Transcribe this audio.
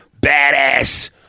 badass